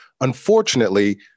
Unfortunately